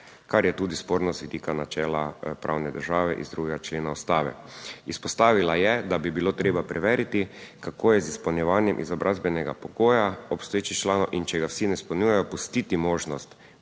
kar je tudi sporno z vidika načela pravne države iz 2. člena ustave. Izpostavila je, da bi bilo treba preveriti, kako je z izpolnjevanjem izobrazbenega pogoja obstoječih članov in če ga vsi ne izpolnjujejo, pustiti možnost,